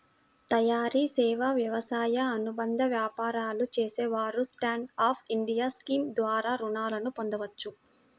తయారీ, సేవా, వ్యవసాయ అనుబంధ వ్యాపారాలు చేసేవారు స్టాండ్ అప్ ఇండియా స్కీమ్ ద్వారా రుణాలను పొందవచ్చు